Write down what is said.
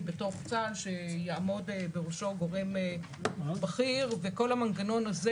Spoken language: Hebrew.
בתוך צה"ל שיעמוד בראשו גורם בכיר וכל המנגנון הזה